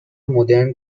مدرن